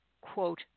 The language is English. quote